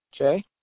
Okay